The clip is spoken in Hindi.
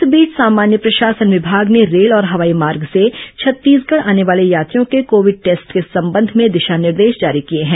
इस बीच सामान्य प्रशासन विभाग ने रेल और हवाई मार्ग से छत्तीसगढ़ आने वाले यात्रियों के कोविड टेस्ट के संबंध में दिशा निर्देश जारी किए हैं